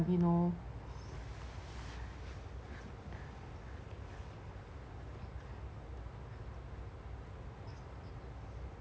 you know